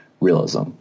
realism